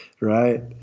Right